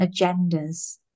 agendas